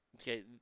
Okay